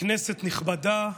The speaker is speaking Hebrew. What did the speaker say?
כנסת נכבדה,